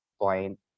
point